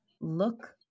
look